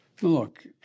Look